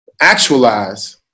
actualize